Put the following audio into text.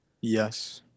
Yes